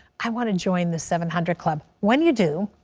i want to join the seven hundred club. when you do,